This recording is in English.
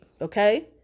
okay